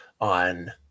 on